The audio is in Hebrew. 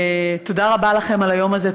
תודה רבה לכם על היום הזה,